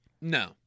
No